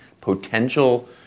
potential